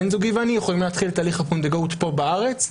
בן זוגי ואני יכולים להתחיל תהליך פונדקאות פה בארץ,